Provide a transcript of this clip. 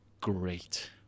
great